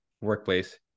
workplace